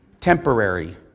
temporary